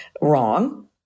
wrong